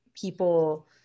people